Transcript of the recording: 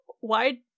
why-